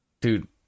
Dude